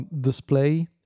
display